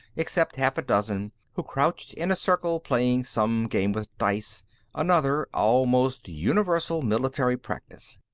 except half a dozen, who crouched in a circle, playing some game with dice another almost universal military practice.